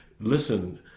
listen